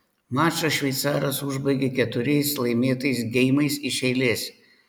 mačą šveicaras užbaigė keturiais laimėtais geimais iš eilės